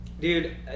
Dude